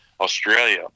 Australia